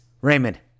Raymond